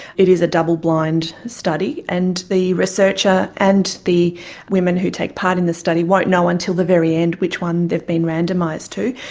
it is a double-blind study, and the researcher and the women who take part in the study won't know until the very end which one they've been randomised to.